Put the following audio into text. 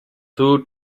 two